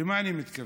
למה אני מתכוון?